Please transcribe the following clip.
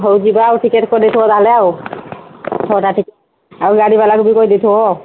ହଉ ଯିବା ଟିକେଟ କରି ଦେଇଥିବ ତା ହେଲେ ଛଅଟା ଟିକେଟ ଆଉ ଗାଡ଼ିବାଲାକୁ ବି କହି ଦେଇଥିବ